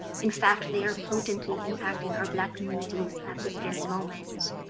in fact, they are potently impacting our black communities, at this very moment.